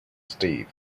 steve